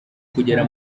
kugera